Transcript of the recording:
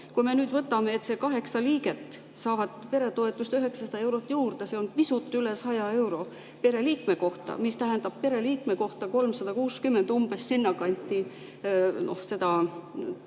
Kui me nüüd võtame, et need kaheksa liiget saavad peretoetust 900 eurot juurde, see on pisut üle 100 euro pereliikme kohta, siis see tähendab pereliikme kohta 360 eurot, umbes sinna kanti, koos